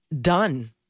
done